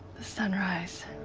the sunrise.